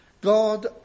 God